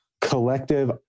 collective